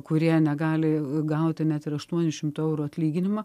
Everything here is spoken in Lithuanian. kurie negali gauti net ir aštuonių šimtų eurų atlyginimą